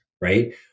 right